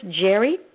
Jerry